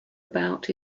about